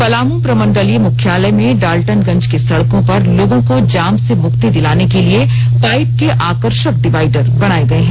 पलामू प्रमंडलीय मुख्यालय में डालटनगंज की सड़कों पर लोगों को जाम से मुक्ति दिलाने के लिए पाइप के आकर्षक डिवाइडर बनाये गए हैं